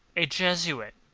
a jesuit!